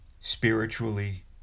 spiritually